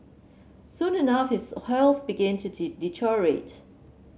soon enough his health began to deteriorate